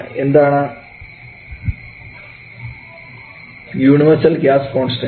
എന്താണ് universal gas constant